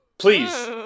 Please